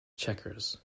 checkers